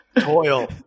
toil